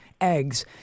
eggs